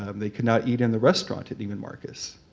um they could not eat in the restaurant at neiman marcus.